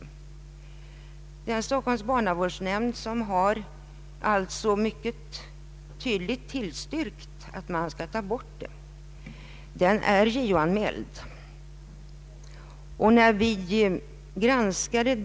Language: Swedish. Stockholms barnavårdsnämnd, som mycket tydligt har tillstyrkt avskaffandet av barnavårdsmannainstitutionen, var JO-granskad.